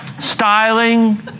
styling